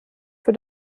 für